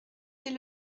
dès